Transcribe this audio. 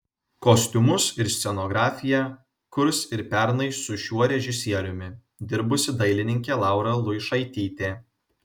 kostiumus ir scenografiją kurs ir pernai su šiuo režisieriumi dirbusi dailininkė laura luišaitytė